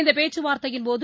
இந்தபேச்சுவார்த்தையின்போது